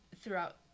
throughout